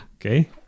Okay